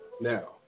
Now